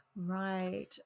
Right